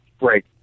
Right